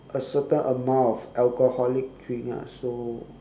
a certain amount of alcoholic drink ah so